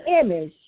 image